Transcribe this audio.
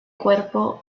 cuerpo